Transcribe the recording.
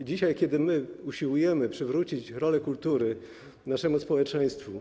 I dzisiaj, kiedy my usiłujemy przywrócić rolę kultury w naszym społeczeństwie,